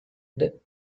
the